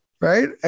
Right